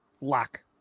Lock